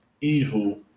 evil